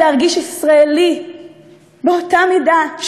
להרגיש ישראלי באותה מידה,